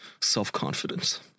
self-confidence